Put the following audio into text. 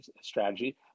strategy